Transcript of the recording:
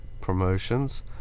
promotions